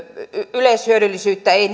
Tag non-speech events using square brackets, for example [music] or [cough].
yleishyödyllisyyttä ei [unintelligible]